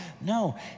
No